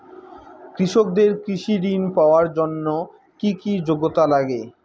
কৃষকদের কৃষি ঋণ পাওয়ার জন্য কী কী যোগ্যতা লাগে?